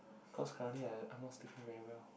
cause currently I I'm not sleeping very well